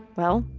well,